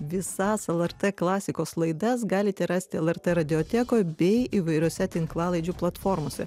visas lrt klasikos laidas galite rasti lrt radiotekoj bei įvairiose tinklalaidžių platformose